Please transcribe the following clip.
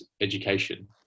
education